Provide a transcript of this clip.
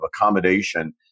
accommodation